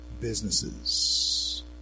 businesses